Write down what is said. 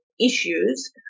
issues